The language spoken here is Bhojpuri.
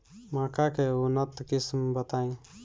मक्का के उन्नत किस्म बताई?